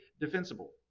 defensible